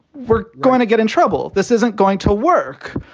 we're going to get in trouble. this isn't going to work.